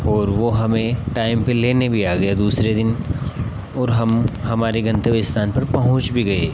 और वह हमें टाइम पर लेने भी आ गया दूसरे दिन और हम हमारे गंतव्य स्थान पर पहुँच भी गए